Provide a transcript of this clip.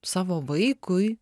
savo vaikui